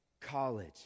college